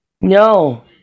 No